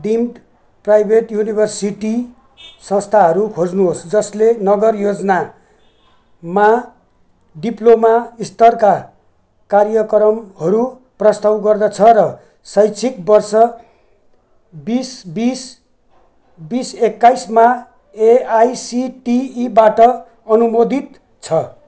deemed private university संस्थाहरू खोज्नुहोस् जसले नगर योजनामा डिप्लोमा स्तरका कार्यक्रमहरू प्रस्ताव गर्दछ र शैक्षिक वर्ष बिस बिस बिस एक्काइसमा एआइसिटिईबाट अनुमोदित छ